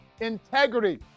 integrity